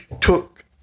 took